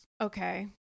okay